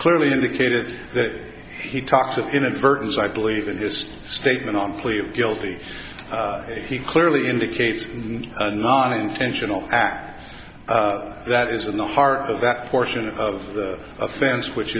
clearly indicated that he talks of inadvertence i believe in his statement on plea of guilty he clearly indicates non intentional act that is in the heart of that portion of the offense which